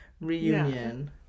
reunion